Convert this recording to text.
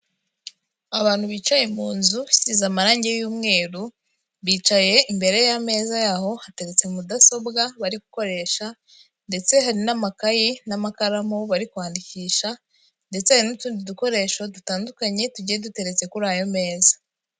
Abantu bicaye mu nzu isize amarangi y'umweru, bicaye imbere y'ameza yaho hateretse mudasobwa bari gukoresha ndetse hari n'amakayi n'amakaramu bari kwandikisha ndetse hari n'utundi dukoresho dutandukanye tugiye duteretse kuri ayo meza.